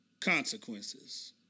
consequences